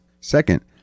Second